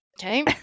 Okay